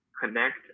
Connect